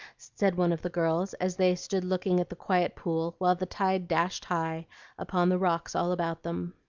said one of the girls, as they stood looking at the quiet pool while the tide dashed high upon the rocks all about them.